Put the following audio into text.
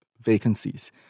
vacancies